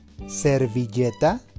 servilleta